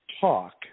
talk